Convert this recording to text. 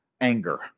anger